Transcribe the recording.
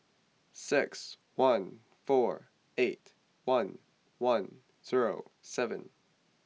six one four eight one one zero seven